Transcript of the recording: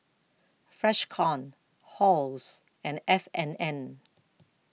Freshkon Halls and F and N